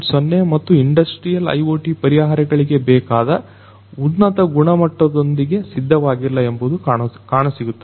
0 ಮತ್ತು industrial IoT ಪರಿಹಾರಗಳಿಗೆ ಬೇಕಾದ ಉನ್ನತ ಗುಣಮಟ್ಟದೊಂದಿಗೆ ಸಿದ್ಧವಾಗಿಲ್ಲ ಎಂಬುದು ಕಾಣಸಿಗುತ್ತದೆ